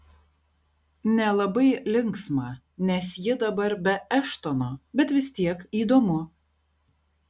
nelabai linksma nes ji dabar be eštono bet vis tiek įdomu